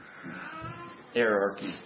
Hierarchy